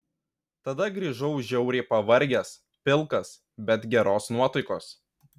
tada grįžau žiauriai pavargęs pilkas bet geros nuotaikos